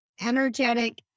energetic